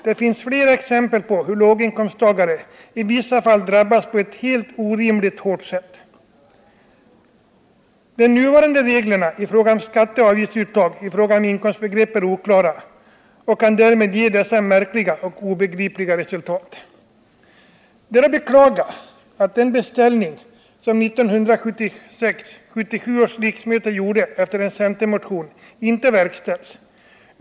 Det finns flera exempel på hur låginkomsttagare i vissa fall drabbas på ett helt orimligt hårt sätt. De nuvarande reglerna för skatteoch avgiftsuttag i fråga om inkomstbegrepp är oklara och kan därmed ge dessa märkliga och obegripliga resultat. Det är att beklaga att den beställning som 1976/77 års riksmöte gjorde efter en centermotion inte har verkställts.